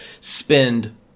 spend